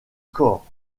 corps